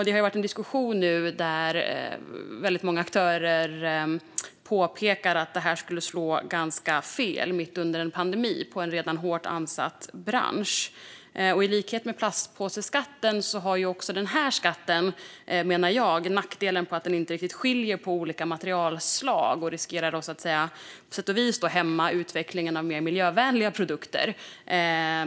Det har varit en diskussion där många aktörer påpekar att det skulle slå fel mitt under en pandemi för en redan hårt ansatt bransch. I likhet med plastpåseskatten har också den här skatten, menar jag, nackdelen att den inte riktigt skiljer på olika materialslag och riskerar att hämma utvecklingen av mer miljövänliga produkter.